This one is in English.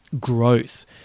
gross